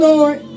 Lord